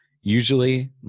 usually